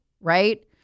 right